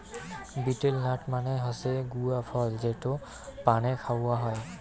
betel nut মানে হসে গুয়া ফল যেটো পানে খাওয়া হই